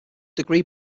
degree